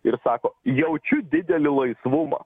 ir sako jaučiu didelį laisvumą